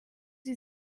sie